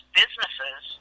businesses